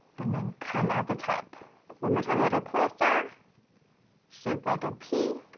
and then come out the top one more time a little closer shaped like a p